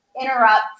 interrupt